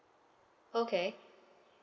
okay